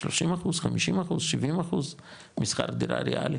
30 אחוז, 50 אחוז, 70 אחוז משכר דירה ריאלי,